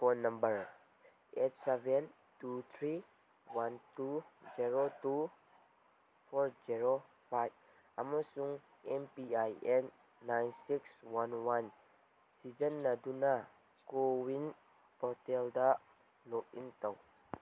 phone number eight seven two three one two zero two four zero five ꯑꯃꯁꯨꯡ M P I N nine six one one ꯁꯤꯖꯤꯟꯅꯗꯨꯅ CoWIN ꯄꯣꯔꯇꯦꯜꯗ login ꯇꯧ